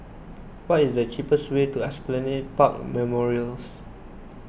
what is the cheapest way to Esplanade Park Memorials